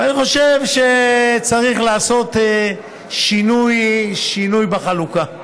אני חושב שצריך לעשות שינוי בחלוקה.